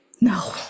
no